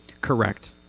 Correct